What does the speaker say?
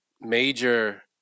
major